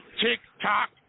Tick-tock